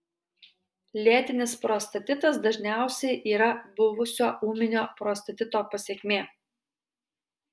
lėtinis prostatitas dažniausiai yra buvusio ūminio prostatito pasekmė